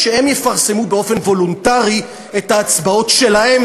שהם יפרסמו באופן וולונטרי את ההצבעות שלהם,